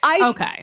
okay